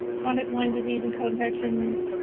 chronic lyme disease and co-infections,